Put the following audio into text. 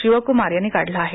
शिवकुमार यांनी काढला आहे